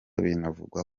binavugwa